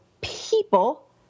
people